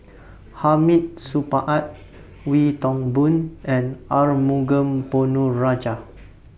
Hamid Supaat Wee Toon Boon and Arumugam Ponnu Rajah